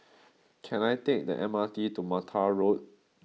can I take the M R T to Mattar Road